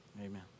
amen